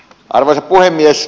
arvoisa puhemies